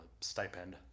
stipend